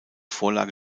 vorlage